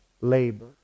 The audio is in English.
labor